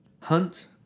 Hunt